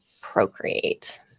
procreate